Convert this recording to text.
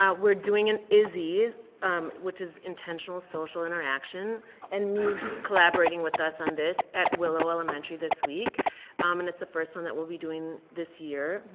ah we're doing an isi which is intentional social interaction and mee's collaborating with us on this at willow elementary this week um and it's the first one that we'll be doing this year